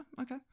Okay